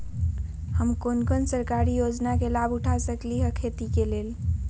हम कोन कोन सरकारी योजना के लाभ उठा सकली ह खेती के लेल?